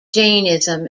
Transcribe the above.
jainism